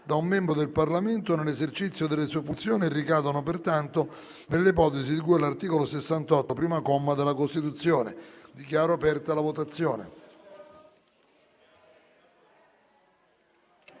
da un membro del Parlamento nell'esercizio delle sue funzioni e ricadono pertanto nell'ipotesi di cui all'articolo 68, primo comma, della Costituzione. *(Segue la votazione).*